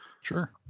Sure